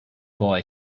boy